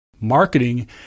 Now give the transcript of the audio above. Marketing